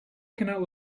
cannot